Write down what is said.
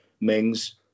Mings